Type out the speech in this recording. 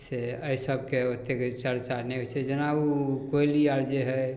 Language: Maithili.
से एहिसभके ओतेक चरचा नहि होइ छै जेना ओ कोइली आओर जे हइ